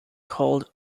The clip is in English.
called